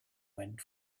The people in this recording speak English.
went